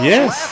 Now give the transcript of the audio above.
Yes